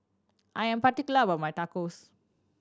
I am particular about my Tacos